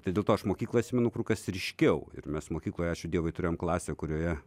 tai dėl to aš mokyklą atsimenu kur kas ryškiau ir mes mokykloj ačiū dievui turėjom klasę kurioje